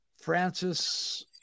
Francis